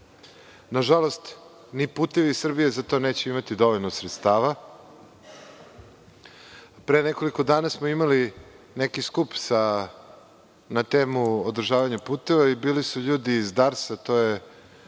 Nažalost, ni „Putevi Srbije“ za to neće imati dovoljno sredstava. Pre nekoliko dana smo imali neki skup na temu: „Održavanje puteva“. Bili su ljudi iz DARS-a, to je